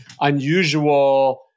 unusual